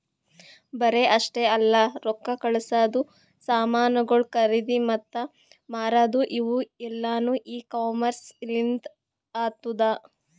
ಬರೇ ಅಷ್ಟೆ ಅಲ್ಲಾ ರೊಕ್ಕಾ ಕಳಸದು, ಸಾಮನುಗೊಳ್ ಖರದಿ ಮತ್ತ ಮಾರದು ಇವು ಎಲ್ಲಾನು ಇ ಕಾಮರ್ಸ್ ಲಿಂತ್ ಆತ್ತುದ